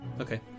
Okay